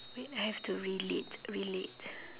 wait I have to relate relate